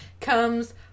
comes